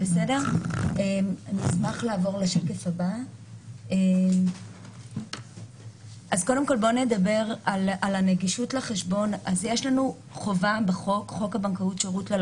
1,500. כן.